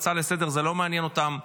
הצעה לסדר-היום זה לא מעניין אותם.